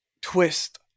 twist